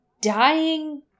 dying